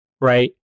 Right